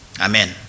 Amen